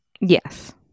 Yes